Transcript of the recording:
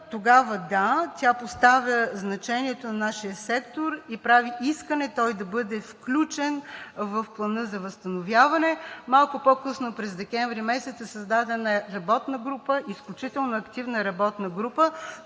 тогава – да, тя поставя значението на нашия сектор и прави искане той да бъде включен в Плана за възстановяване. Малко по-късно – през месец декември, е създадена работна група, изключително активна работна група,